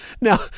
Now